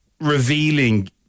revealing